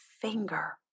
finger